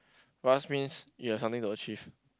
rush means you have something to achieve